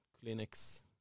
clinics